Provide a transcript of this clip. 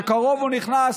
בקרוב הוא נכנס,